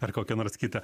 ar kokią nors kitą